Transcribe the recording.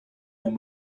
him